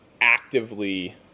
actively